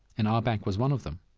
and our bank was one of them.